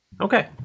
Okay